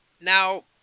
Now